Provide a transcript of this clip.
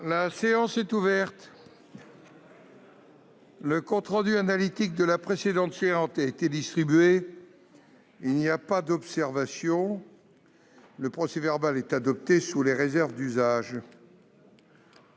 La séance est ouverte. Le compte rendu analytique de la précédente séance a été distribué. Il n'y a pas d'observation ?... Le procès-verbal est adopté sous les réserves d'usage.